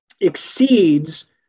exceeds